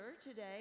today